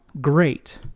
great